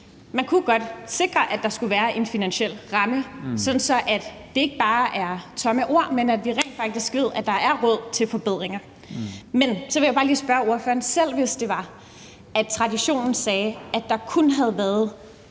Man kunne godt sikre, at der skulle være en finansiel ramme, sådan at det ikke bare er tomme ord, men at vi rent faktisk ved, at der er råd til forbedringer. Men så vil jeg bare lige spørge ordføreren: Selv hvis det var, at traditionen sagde, at der kun havde været